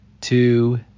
two